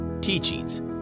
teachings